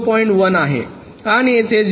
1 आहे आणि येथे 0